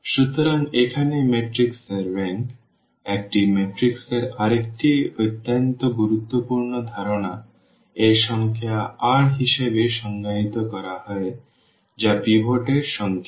সুতরাং এখানে ম্যাট্রিক্স এর রেংক একটি ম্যাট্রিক্স এর আরেকটি অত্যন্ত গুরুত্বপূর্ণ ধারণা এই সংখ্যা r হিসাবে সংজ্ঞায়িত করা হয় যা পিভট এর সংখ্যা